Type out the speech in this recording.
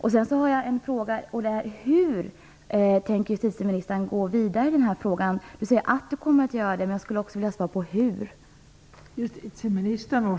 Jag har ytterligare en fråga: Hur tänker justitieministern gå vidare med den här frågan? Justitieministern säger att hon kommer att göra det, men jag skulle också vilja ha svar på frågan hur.